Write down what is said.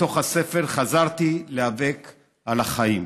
מתוך הספר "חזרתי להיאבק על החיים".